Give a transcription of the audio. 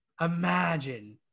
Imagine